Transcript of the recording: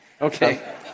Okay